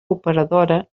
operadora